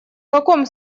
каком